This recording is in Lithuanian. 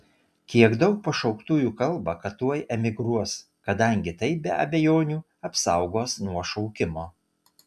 kiek daug pašauktųjų kalba kad tuoj emigruos kadangi tai be abejonių apsaugos nuo šaukimo